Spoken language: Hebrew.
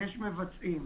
ויש מבצעים.